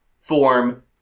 form